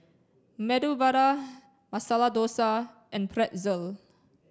Medu Vada Masala Dosa and Pretzel